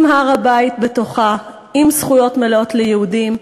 עם הר-הבית בתוכה, עם זכויות מלאות ליהודים,